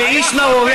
כאישה נאורה,